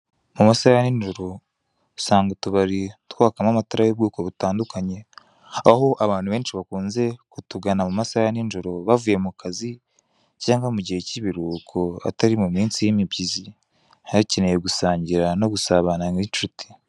Amasaha ya nijoro usanga utubari twakamo amatara y'ubwoko butandukanye, aho abantu benshi bakunze kutugana mumasaha ya nijoro bavuye mukazi, cyangwa mugihe cy'ibiruhuko atari muminsi y'imibyizi, baba bakeneye gusangira no gusabana nk'inshuti.